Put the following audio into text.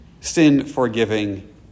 sin-forgiving